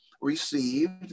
received